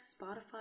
Spotify